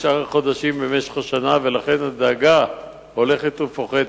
לשאר החודשים במשך השנה, ולכן הדגה הולכת ופוחתת.